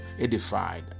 edified